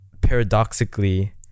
paradoxically